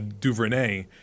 DuVernay